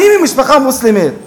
אני ממשפחה מוסלמית.